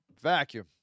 vacuum